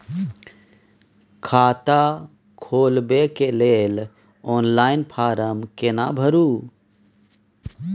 खाता खोलबेके लेल ऑनलाइन फारम केना भरु?